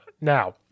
Now